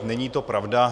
Není to pravda.